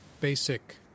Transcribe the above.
basic